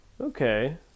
Okay